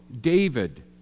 David